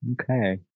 Okay